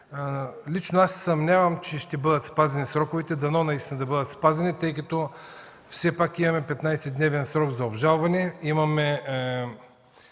Лично аз се съмнявам, че ще бъдат спазени сроковете – дано наистина да бъдат спазени, тъй като все пак имаме 15-дневен срок за обжалване, имаме